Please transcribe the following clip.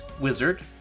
Wizard